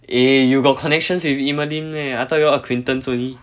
eh you got connections with emerlyn meh I thought you all acquaintance only